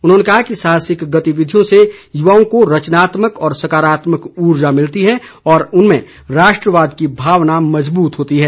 उन्होंने कहा कि साहसिक गतिविधियों से युवाओं को रचनात्मक और सकारात्मक उर्जा मिलती है और उनमें राष्ट्रवाद की भावना मजबूत होती है